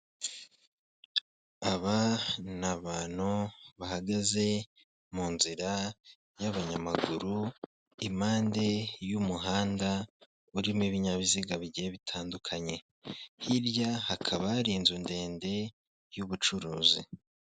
Aba ni abantu bahagaze mu nzira y'abanyamaguru impande y'umuhanda urimo ibinyabiziga bigiye bitandukanye, hirya hakaba hari inzu ndende y'ubucuruzi.